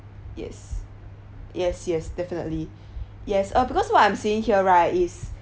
yes yes yes definitely yes uh because what I'm seeing here right is